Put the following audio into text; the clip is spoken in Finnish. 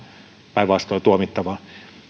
päinvastoin tuomittavaa